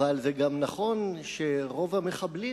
אבל זה גם נכון שרוב המחבלים,